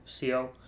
CO